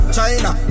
China